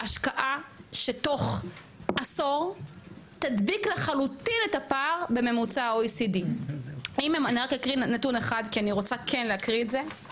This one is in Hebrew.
להשקעה שתוך עשור תדביק לחלוטין את הפער בממוצע ה OECD. אני רק אקריא נתון אחד כי אני רוצה כן להקריא את זה,